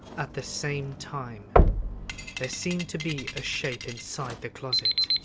at the same time there seemed to be a shape inside the closet.